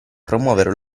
promuovere